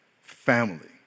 family